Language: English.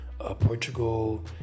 Portugal